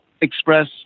express